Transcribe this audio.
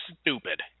stupid